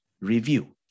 review